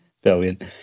Brilliant